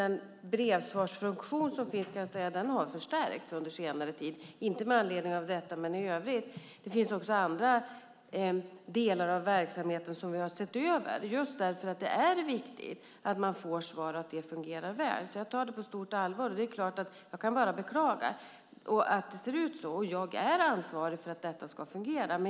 Den brevsvarsfunktion som finns har förstärkts under senare tid, inte med anledning av detta men i övrigt. Det finns också andra delar av verksamheten som vi har sett över, just därför att det är viktigt att man får svar och att det fungerar väl. Jag tar detta på stort allvar och kan bara beklaga att det sett ut som det gjort, och jag är ansvarig för att detta ska fungera.